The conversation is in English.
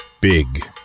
Big